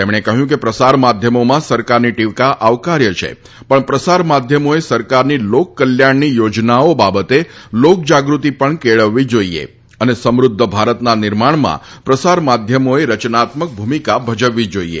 તેમણે કહ્યું કે પ્રસાર માધ્યમોમાં સરકારની ટીકા આવકાર્ય છે પણ પ્રસાર માધ્યમોએ સરકારની લોક કલ્યાણની યોજનાઓ બાબતે લોક જાગૃતિ પણ કેળવવી જોઈએ અને સમૃદ્ધ ભારતના નિર્માણમાં પ્રસાર માધ્યમોએ રચનાત્મક ભૂમિકા ભજવવી જોઈએ